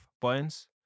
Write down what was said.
points